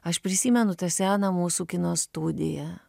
aš prisimenu tą seną mūsų kino studiją